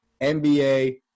NBA